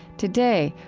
today,